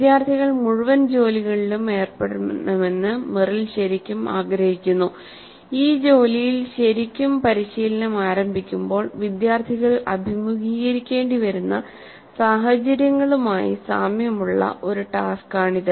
വിദ്യാർത്ഥികൾ മുഴുവൻ ജോലികളിലും ഏർപ്പെടണമെന്ന് മെറിൽ ശരിക്കും ആഗ്രഹിക്കുന്നു ഈ ജോലിയിൽ ശരിക്കും പരിശീലനം ആരംഭിക്കുമ്പോൾ വിദ്യാർത്ഥികൾ അഭിമുഖീകരിക്കേണ്ടിവരുന്ന സഹചര്യങ്ങളുമായി സാമ്യമുള്ള ഒരു ടാസ്ക് ആണ് ഇത്